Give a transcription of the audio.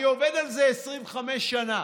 אני עובד על זה 25 שנה.